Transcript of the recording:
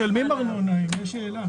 משלמים ארנונה על שימוש.